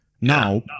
now